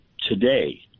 today